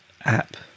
app